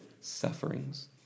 sufferings